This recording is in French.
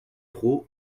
trot